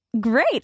great